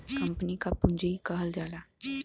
company क पुँजी कहल जाला